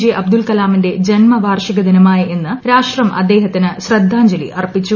J Abdul കലാമിന്റെ ജന്മവാർഷിക ദിനമായ ഇന്ന് രാഷ്ട്രം അദ്ദേഹത്തിന് ശ്രദ്ധാഞ്ജലി അർപ്പിച്ചു